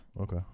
Okay